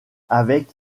avec